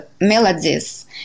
melodies